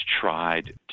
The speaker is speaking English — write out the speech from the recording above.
tried